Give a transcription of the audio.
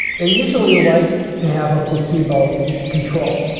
they usually like to have a placebo control.